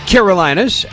Carolinas